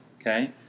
okay